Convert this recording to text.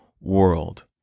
world